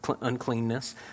uncleanness